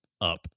up